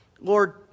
Lord